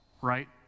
right